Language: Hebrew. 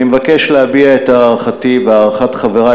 אני מבקש להביע את הערכתי והערכת חברי,